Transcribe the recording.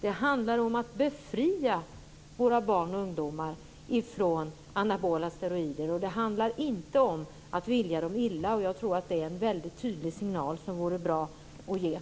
Det handlar om att befria våra barn och ungdomar från anabola steroider. Det handlar inte om att vilja dem illa. Jag tror att det vore bra att ge den tydliga signalen.